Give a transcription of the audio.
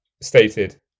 stated